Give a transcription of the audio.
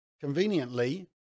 conveniently